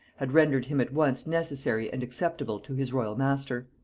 had rendered him at once necessary and acceptable to his royal master.